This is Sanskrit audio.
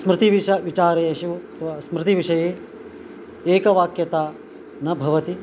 स्मृतिविषये विचारेषु अथवा स्मृतिविषये एकवाक्यता न भवति